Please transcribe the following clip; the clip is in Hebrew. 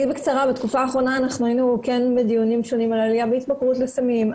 אנחנו היינו כן בדיונים שונים על ההתמכרות בסמים,